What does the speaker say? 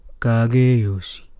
Kageyoshi